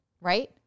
right